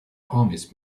armies